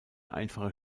einfache